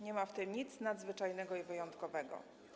Nie ma w tym nic nadzwyczajnego ani wyjątkowego.